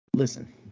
Listen